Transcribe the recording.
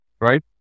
right